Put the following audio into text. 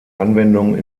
anwendung